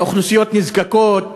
אוכלוסיות נזקקות,